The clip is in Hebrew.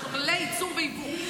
יש לו כללי ייצור ויבוא.